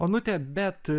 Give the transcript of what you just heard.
onute bet